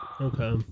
Okay